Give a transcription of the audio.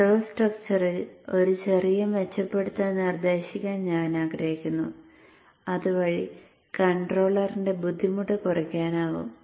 control സ്ട്രക്ച്ചറിൽ ഒരു ചെറിയ മെച്ചപ്പെടുത്തൽ നിർദ്ദേശിക്കാൻ ഞാൻ ആഗ്രഹിക്കുന്നു അതുവഴി കൺട്രോളറിന്റെ ബുദ്ധിമുട്ട് കുറയ്ക്കാനാകും